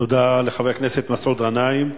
תודה לחבר הכנסת מסעוד גנאים.